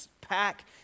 pack